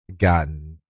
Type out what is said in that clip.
gotten